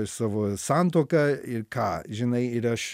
savo santuoka ir ką žinai ir aš